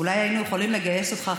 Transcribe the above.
אולי היינו יכולים לגייס אותך,